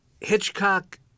Hitchcock